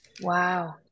Wow